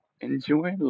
enjoy